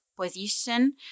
position